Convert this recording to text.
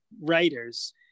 writers